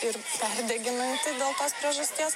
ir perdeginanti dėl tos priežasties